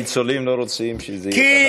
כי הניצולים לא רוצים שזה יהיה,